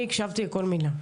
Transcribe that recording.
אני הקשבתי לכל מילה.